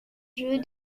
jeu